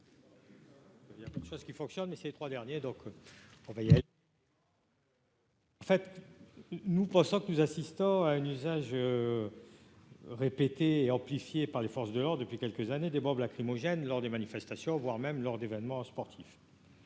Il y a quelque chose qui fonctionne, mais ces 3 derniers, donc on va y aller. En fait, nous pensons que nous assistons à un usage répété et amplifié par les forces de l'or depuis quelques années, des bombes lacrymogènes lors des manifestations, voire même lors d'événements sportifs.